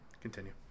continue